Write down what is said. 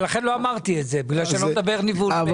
לכן לא אמרתי את זה, בגלל שאני לא מדבר ניבול פה.